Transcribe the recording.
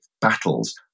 battles